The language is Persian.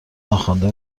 ناخوانده